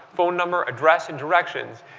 phone number, address, and directions,